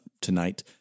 tonight